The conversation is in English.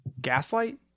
gaslight